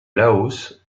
laos